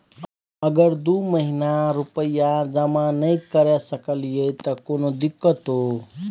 अगर दू महीना रुपिया जमा नय करे सकलियै त कोनो दिक्कतों?